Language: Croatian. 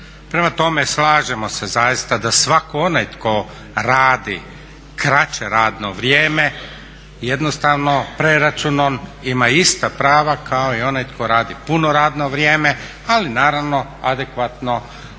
Prema tome, slažemo se zaista da svak' onaj tko radi kraće radno vrijeme jednostavno preračunom ima ista prava kao i onaj tko radi puno radno vrijeme, ali naravno adekvatno onom